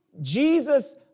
Jesus